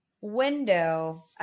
window